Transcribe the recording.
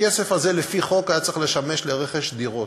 הכסף הזה, לפי חוק, היה צריך לשמש לרכש דירות.